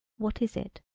what is it.